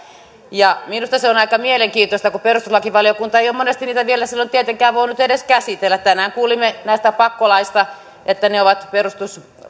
minusta se on aika mielenkiintoista kun perustuslakivaliokunta ei ole monesti niitä vielä silloin tietenkään voinut edes käsitellä tänään kuulimme näistä pakkolaeista että ne ovat